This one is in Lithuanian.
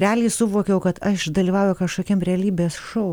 realiai suvokiau kad aš dalyvauju kažkokiam realybės šou